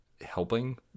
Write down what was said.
helping